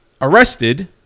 arrested